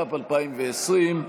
התש"ף 2020,